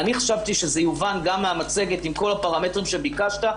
אני חשבתי שזה יובן גם מהמצגת עם כל הפרמטרים שביקשת,